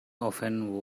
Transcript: often